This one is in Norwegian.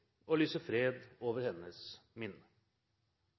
og lyser fred over hennes minne.